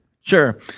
Sure